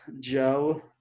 Joe